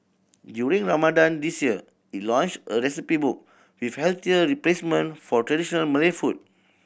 during Ramadan this year it launched a recipe book with healthier replacement for traditional Malay food